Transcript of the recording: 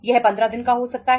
यह 15 दिन का हो सकता है